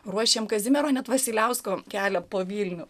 ruošėm kazimiero net vasiliausko kelią po vilnių